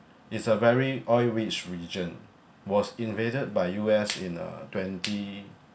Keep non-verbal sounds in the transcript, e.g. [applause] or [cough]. it's a very oil rich region was invaded by U_S [noise] in [noise] uh twenty